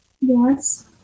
Yes